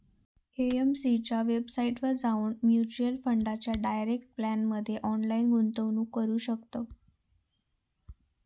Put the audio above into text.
AMC च्या वेबसाईटवर जाऊन म्युच्युअल फंडाच्या डायरेक्ट प्लॅनमध्ये ऑनलाईन गुंतवणूक करू शकताव